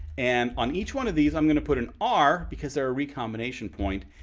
and on each one of these. i'm gonna put an r because they're a recombination point.